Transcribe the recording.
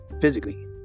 physically